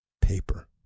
paper